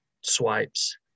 swipes